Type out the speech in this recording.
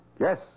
Yes